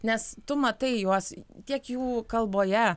nes tu matai juos tiek jų kalboje